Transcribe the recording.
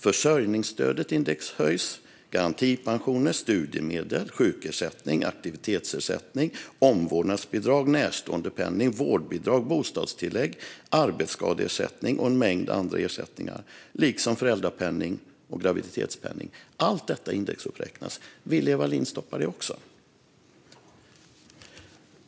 Försörjningsstödet indexhöjs, liksom garantipension, studiemedel, sjukersättning, aktivitetsersättning, omvårdnadsbidrag, närståendepenning, vårdbidrag, bostadstillägg, arbetsskadeersättning och en mängd andra ersättningar liksom föräldrapenning och graviditetspenning. Allt detta indexuppräknas. Vill Eva Lindh stoppa det också?